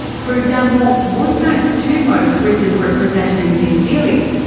for example woodside's two most recent representatives in dili,